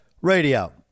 Radio